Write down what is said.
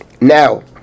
Now